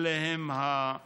אלה הם השינויים,